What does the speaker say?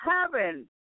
heaven